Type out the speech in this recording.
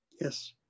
Yes